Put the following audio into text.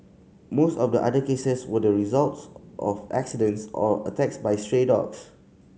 most of the other cases were the results of accidents or attacks by stray dogs